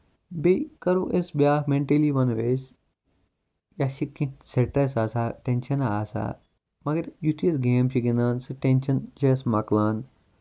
بیٚیہِ کرو أسۍ بیاکھ مینٹٔلی وَنو أسۍ اَسہِ چھِ کیٚنہہ سِٹریس آسان ٹینشن آسان مَگر یِتھُے أسۍ گیم چھِ گِندان سُہ ٹینشن چھُ اَسہِ مۄکلان